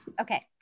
Okay